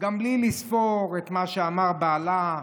גם בלי לספור את מה שאמר בעלה,